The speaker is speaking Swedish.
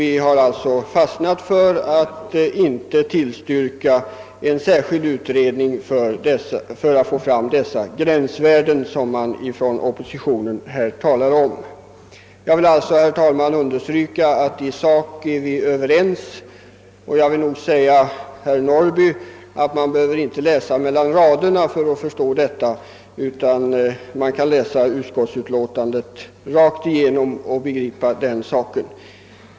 Vi har även därför bestämt ass för att inte tillstyrka en särskild utredning för att få fram de gränsvärden som oppositionen talar om. Herr talman! Jag vill understryka att vi är överens i sak, och man behöver inte som herr Norrby läsa mellan raderna för att förstå detta, utan det räcker med utskottsutlåtandet som sådant.